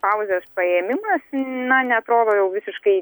pauzės paėmimas na neatrodo jau visiškai